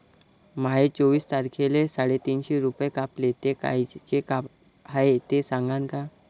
माये चोवीस तारखेले साडेतीनशे रूपे कापले, ते कायचे हाय ते सांगान का?